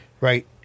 Right